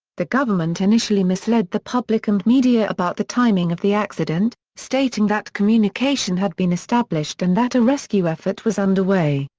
the government initially misled the public and media about the timing of the accident, stating that communication had been established and that a rescue effort was under way,